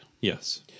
Yes